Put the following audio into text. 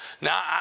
Now